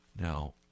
Now